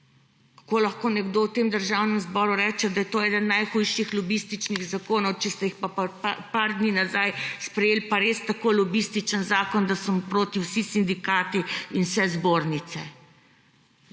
Kako lahko nekdo v Državnem zboru reče, da je to eden najhujših lobističnih zakonov, če ste pa nekaj dni nazaj sprejeli pa res tako lobističen zakon, da so proti vsi sindikati in vse zbornice.